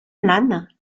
lan